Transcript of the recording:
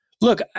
look